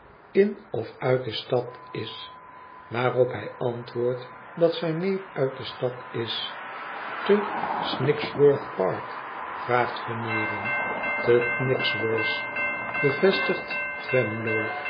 in of uit de stad is waarop hij antwoordt dat zijn neef uit de stad is te snigsworth park vraagt veneering i te